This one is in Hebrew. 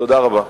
תודה רבה.